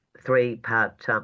three-part